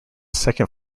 second